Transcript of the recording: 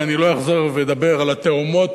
ואני לא אחזור ואדבר על התהומות